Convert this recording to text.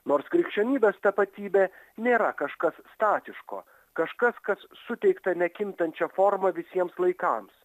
nors krikščionybės tapatybė nėra kažkas statiško kažkas kas suteikta nekintančia forma visiems laikams